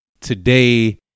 Today